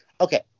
Okay